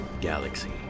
galaxy